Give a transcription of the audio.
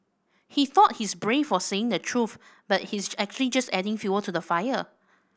he thought he's brave for saying the truth but he's actually just adding fuel to the fire